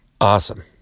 Awesome